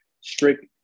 strict